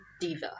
diva